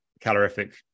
calorific